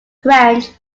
french